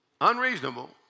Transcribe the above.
Unreasonable